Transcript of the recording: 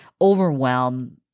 overwhelm